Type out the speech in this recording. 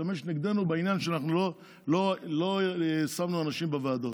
השתמש נגדנו בעניין שאנחנו לא שמנו אנשים בוועדות.